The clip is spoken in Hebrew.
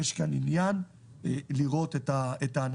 יש כאן עניין של לראות את האנשים.